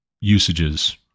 usages